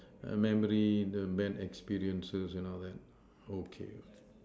err memory the bad experiences and all that okay